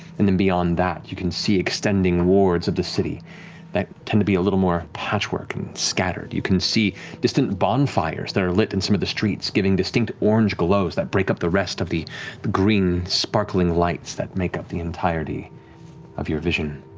and then, beyond that, you can see extending wards of the city that tend to be a little more patchwork and scattered. you can see distant bonfires that are lit in some of the streets, giving distinct orange glows that break up the rest of the the green, sparkling lights that make up the entirety of your vision.